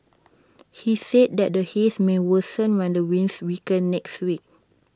he said that the haze may worsen when the winds weaken next week